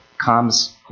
comes